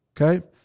Okay